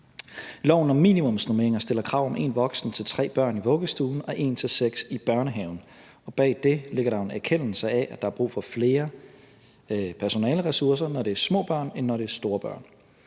Loven om minimumsnormeringer stiller krav om 1 voksen til 3 børn i vuggestuen og 1 til 6 i børnehaven. Bag det ligger der jo en erkendelse af, at der er brug for flere personaleressourcer, når det er små børn, end når det er store børn.